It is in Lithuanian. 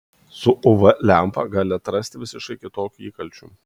su uv lempa gali atrasti visiškai kitokių įkalčių